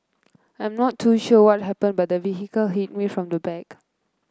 I am not too sure happened but the vehicle hit me from the back